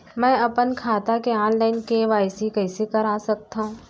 मैं अपन खाता के ऑनलाइन के.वाई.सी कइसे करा सकत हव?